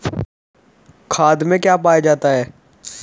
खाद में क्या पाया जाता है?